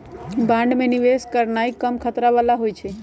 bond में निवेश करनाइ कम खतरा बला होइ छइ